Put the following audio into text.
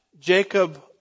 Jacob